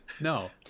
no